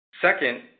Second